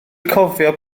cofio